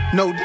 no